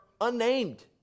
unnamed